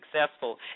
successful